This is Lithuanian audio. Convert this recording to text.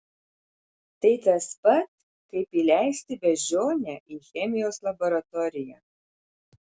tai tas pat kaip įleisti beždžionę į chemijos laboratoriją